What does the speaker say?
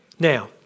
Now